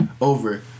over